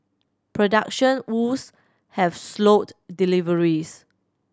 production woes have slowed deliveries